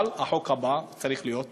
אבל החוק הבא צריך להיות